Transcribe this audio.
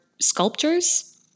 sculptures